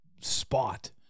spot